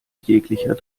jeglicher